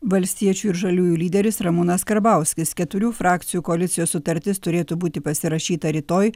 valstiečių ir žaliųjų lyderis ramūnas karbauskis keturių frakcijų koalicijos sutartis turėtų būti pasirašyta rytoj